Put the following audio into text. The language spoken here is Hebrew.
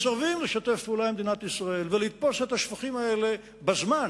מסרבים לשתף פעולה עם מדינת ישראל ולתפוס את השפכים האלה בזמן